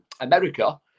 America